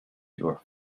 your